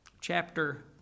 chapter